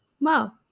wow